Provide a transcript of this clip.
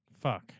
Fuck